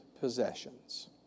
possessions